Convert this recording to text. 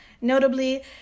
notably